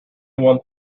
one